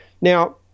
now